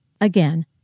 Again